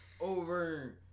over